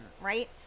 Right